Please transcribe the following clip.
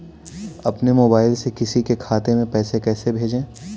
अपने मोबाइल से किसी के खाते में पैसे कैसे भेजें?